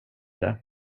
det